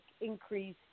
increase